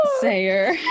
Sayer